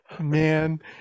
Man